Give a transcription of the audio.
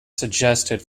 suggested